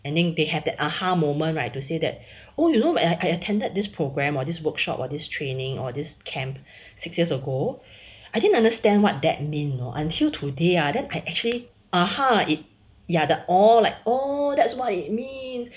and then they have that ah ha moment right to say that or you know I attended this program or this workshop or this training or this camp six years ago I didn't understand what that mean know until today then I actually ah ha it ya the orh like orh that's what it means